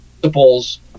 principles